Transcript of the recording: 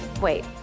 wait